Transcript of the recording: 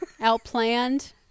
Outplanned